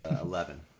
Eleven